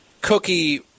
cookie